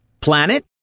Planet